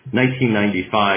1995